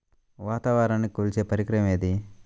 వాతావరణాన్ని కొలిచే పరికరం ఏది?